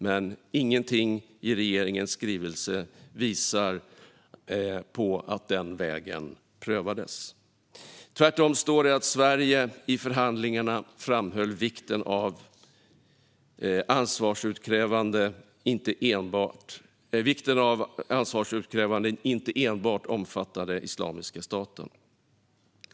Men ingenting i regeringens skrivelse visar på att den vägen prövades. Tvärtom står det att Sverige i förhandlingarna framhöll vikten av att ansvarsutkrävande inte enbart omfattade Islamiska staten.